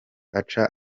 aca